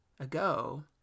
ago